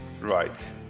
Right